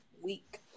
week